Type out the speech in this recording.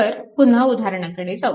तर पुन्हा उदाहरणाकडे जाऊ